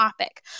topic